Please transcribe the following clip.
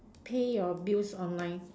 pay your bills online